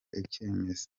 icyemezo